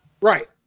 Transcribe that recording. Right